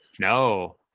No